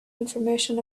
information